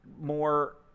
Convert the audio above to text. more